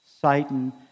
Satan